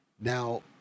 Now